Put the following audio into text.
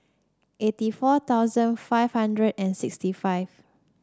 eighty four thousand five hundred and sixty five